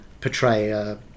portray